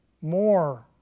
more